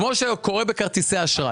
כמו שקורה בכרטיסי אשראי.